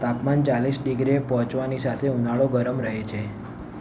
તાપમાન ચાલીસ ડિગ્રીએ પહોંચવાની સાથે ઉનાળો ગરમ રહે છે